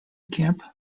camp